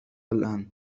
الآن